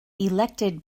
elected